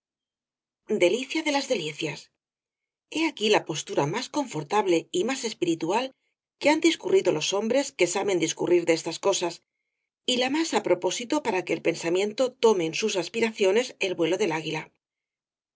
delicia de las delicias he aquí la postura más confortable y más espiritual que han discurrido los hombres que saben discurrir de estas cosas y la más á propósito para que el pensamiento tome en sus aspiraciones el vuelo del águila